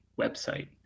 website